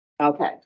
Okay